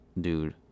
Dude